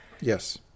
Yes